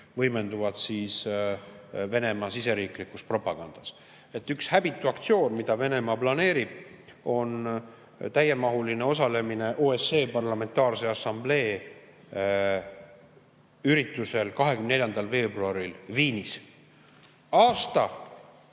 võimenduvad Venemaa siseriiklikus propagandas. Üks häbitu aktsioon, mida Venemaa planeerib, on täiemahuline osalemine OSCE Parlamentaarse Assamblee üritusel 24. veebruaril Viinis. Aasta